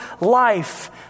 life